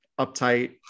uptight